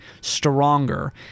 stronger